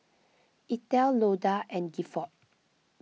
Eithel Loda and Gifford